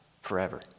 forever